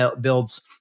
builds